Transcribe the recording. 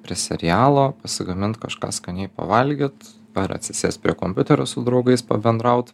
prie serialo pasigamint kažką skaniai pavalgyt ar atsisėst prie kompiuterio su draugais pabendraut